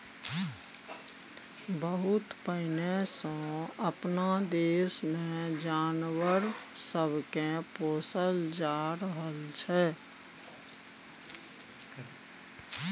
बहुत पहिने सँ अपना देश मे जानवर सब के पोसल जा रहल छै